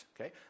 Okay